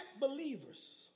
believers